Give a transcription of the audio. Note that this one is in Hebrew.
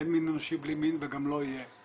אין מין אנושי בלי מין וגם לא יהיה.